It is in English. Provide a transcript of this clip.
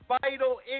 vital